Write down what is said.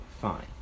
fine